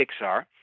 Pixar